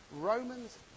Romans